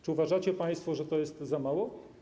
Czy uważacie państwo, że to jest za mało?